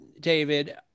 david